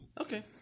Okay